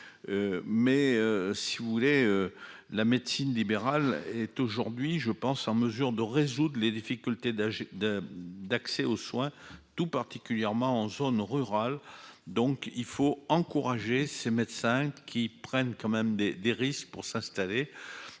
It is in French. Mais si vous voulez. La médecine libérale est aujourd'hui, je pense en mesure de résoudre les difficultés d'âge. D'accès aux soins, tout particulièrement en zone rurale. Donc il faut encourager ces médecins qui prennent quand même des des risques pour s'installer